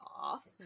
off